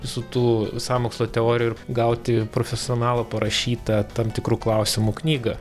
visų tų sąmokslo teorijų ir gauti profesionalo parašytą tam tikru klausimu knygą